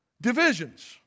divisions